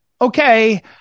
Okay